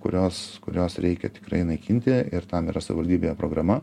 kuriuos kuriuos reikia tikrai naikinti ir tam yra savaldybėje programa